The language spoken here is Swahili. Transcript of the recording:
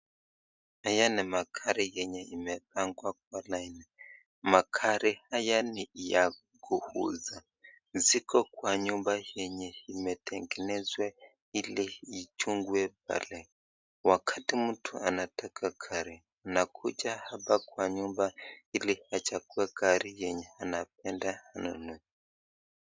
Haya ni magari yenye imepangwa kwa laini, magari haya ni ya kuuza, ziko kwa nyumba yenye imetengenezewa ili ichungwe pale. Wakati mtu anataka gari, unakuja hapa kwa nyimba ili kuchagua gari yenye anapenda anunue.